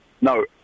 No